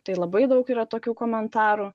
tai labai daug yra tokių komentarų